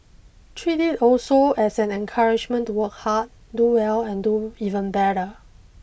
treat it also as an encouragement to work hard do well and do even better